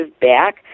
back